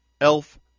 elf